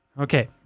Okay